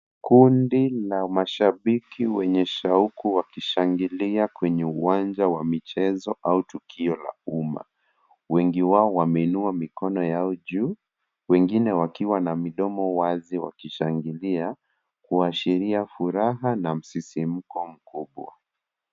Kundi la mashabiki wenye shauku wakishangilia kwenye uwanja wa michezo au tukio la umma. Wengi wao wameinua mikono yao juu wengine wakiwa na midomo wazi wakishangilia kuashiria furaha na msisimko mkubwa.